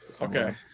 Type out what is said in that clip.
Okay